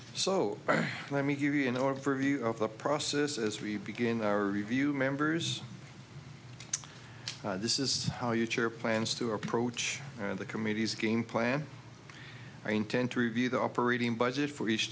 so let me give you an overview of the process as we begin our review members this is how you chair plans to approach the committee's game plan i intend to review the operating budget for each